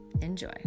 Enjoy